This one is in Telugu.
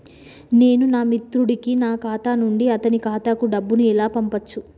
నేను నా మిత్రుడి కి నా ఖాతా నుండి అతని ఖాతా కు డబ్బు ను ఎలా పంపచ్చు?